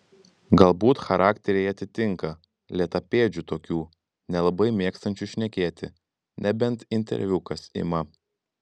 galbūt charakteriai atitinka lėtapėdžių tokių nelabai mėgstančių šnekėti nebent interviu kas ima